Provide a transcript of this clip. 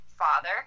Father